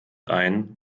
ein